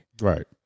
Right